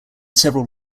several